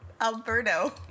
Alberto